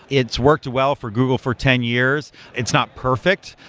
it's worked well for google for ten years. it's not perfect,